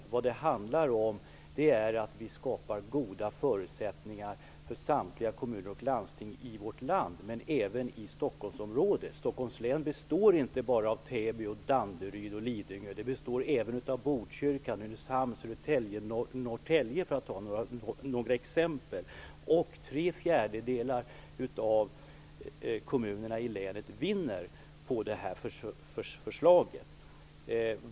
Vad det handlar om är att vi skapar goda förutsättningar för samtliga kommuner och landsting i vårt land, men även i Stockholmsområdet. Stockholms län består inte bara av Täby, Danderyd och Lidingö. Det består även av Botkyrka, Nynäshamn, Södertälje och Norrtälje, för att ta några exempel. Tre fjärdedelar av kommunerna i länet vinner på det här förslaget.